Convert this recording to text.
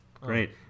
Great